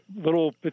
little